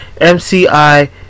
MCI